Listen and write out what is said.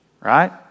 Right